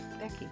Becky